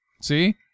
See